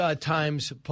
Times